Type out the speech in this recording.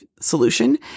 solution